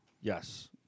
Yes